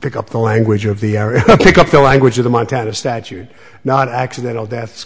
pick up the language of the pick up the language of the montana statute not accidental deaths